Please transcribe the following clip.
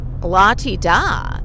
la-ti-da